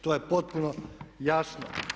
To je potpuno jasno.